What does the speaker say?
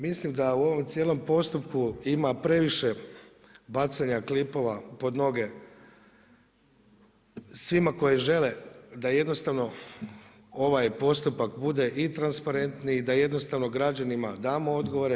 Mislim da u ovom cijelom postupku ima previše bacanja klipova pod noge svima koji žele da jednostavno ovaj postupak bude i transparentniji, da jednostavno građanima damo odgovore.